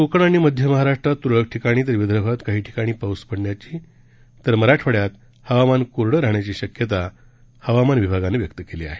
कोकण आणि मध्य महाराष्ट्रात त्रळक ठिकाणी तर विदर्भात काही ठिकाणी पाऊस पडण्याची तर मराठवाड्यात हवामान कोरडे राहण्याची शक्यता हवामान विभागानं व्यक्त केली आहे